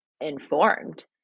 informed